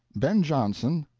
ben jonson,